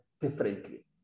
differently